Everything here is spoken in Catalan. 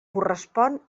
correspon